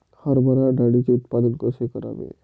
हरभरा डाळीचे उत्पादन कसे करावे?